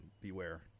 beware